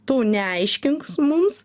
tu neaiškink mums